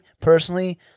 personally